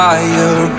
Fire